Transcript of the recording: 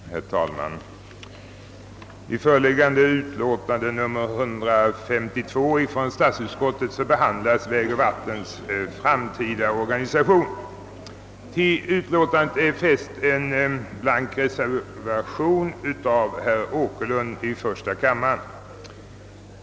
Herr talman! I föreliggande utlåtande behandlas vägoch vattenbyggnadsstyrelsens framtida organisation. Vid utlåtandet är fogad en blank reservation av herr Åkerlund i första kammaren.